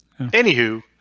Anywho